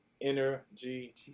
energy